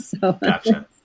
Gotcha